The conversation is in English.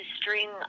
string